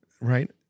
Right